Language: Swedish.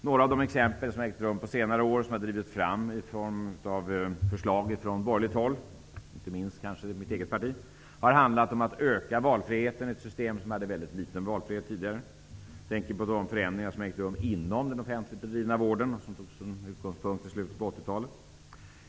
Några av de reformer som har genomförts under senare år och som har drivits fram i form av förslag från borgerligt håll, inte minst från mitt eget parti, har handlat om att öka valfriheten i ett system som tidigare hade mycket litet av valfrihet. Jag tänker på de förändringar som har ägt rum inom den offentligt bedrivna vården och som togs som utgångspunkt i slutet av 80-talet.